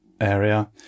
area